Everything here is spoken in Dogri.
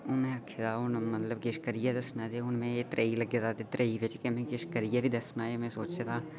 में आखेआ हू'न मतलब की कुछ करियै दस्सना ते हू'न में एह् त्रेही लग्गे दा ते में त्रेही च किश करियै बी दस्सना ऐ एह् में सोचे दा